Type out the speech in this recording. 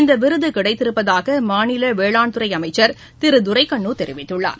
இந்த விருது கிடைத்திருப்பதாக மாநில வேளாண் துறை அமைச்சர் திரு துரைக்கண்ணு தெரிவித்துள்ளார்